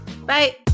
Bye